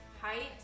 Height